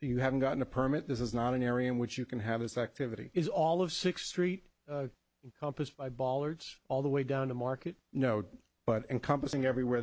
you haven't gotten a permit this is not an area in which you can have his activity is all of six street encompassed by bollards all the way down to market no but encompassing everywhere